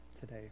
today